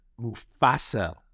Mufasa